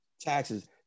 taxes